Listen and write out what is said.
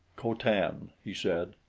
co-tan, he said,